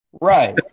Right